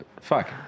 Fuck